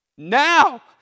Now